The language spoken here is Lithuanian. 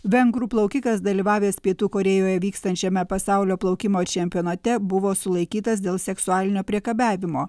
vengrų plaukikas dalyvavęs pietų korėjoje vykstančiame pasaulio plaukimo čempionate buvo sulaikytas dėl seksualinio priekabiavimo